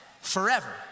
forever